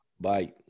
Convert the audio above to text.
Bye